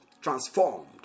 transformed